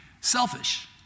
selfish